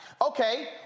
Okay